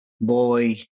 boy